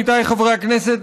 עמיתיי חברי הכנסת,